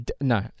no